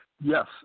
yes